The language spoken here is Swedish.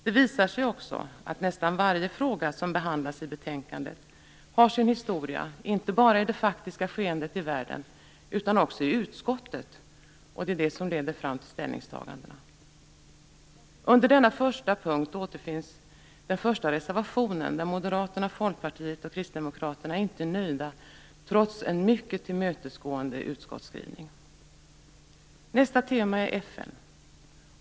Det visar sig också att nästan varje fråga som behandlas i betänkandet har sin historia inte bara i det faktiska skeendet i världen utan också i utskottet. Det är det som leder fram till ställningstagandena. Under denna första punkt återfinns den första reservationen. Moderaterna, Folkpartiet och Kristdemokraterna är inte nöjda trots en mycket tillmötesgående utskottsskrivning. Nästa tema är FN.